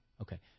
Okay